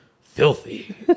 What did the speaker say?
filthy